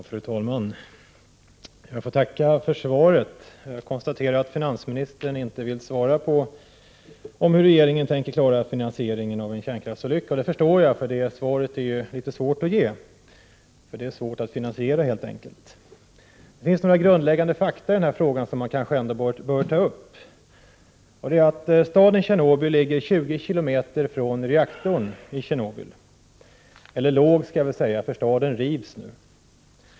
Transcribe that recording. Fru talman! Jag får tacka för svaret. Jag konstaterar att finansministern inte vill svara på frågan om hur regeringen tänker klara finansieringen av en kärnkraftsolycka. Det förstår jag. Det svaret är litet svårt att ge, eftersom det helt enkelt är svårt att finansiera sådana följder. Det finns några grundläggande fakta i denna fråga som bör tas upp. Staden Tjernobyl ligger — eller snarare låg, eftersom den håller på att rivas — 20 km från reaktorn.